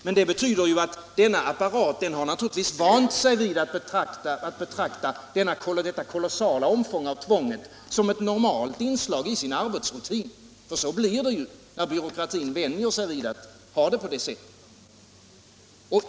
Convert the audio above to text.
Men det betyder att denna apparat naturligtvis har vant sig vid att betrakta detta kolossala omfång av tvånget som ett normalt inslag i sin arbetsrutin. Så blir det när byråkratin vänjer sig vid att ha det på det sättet.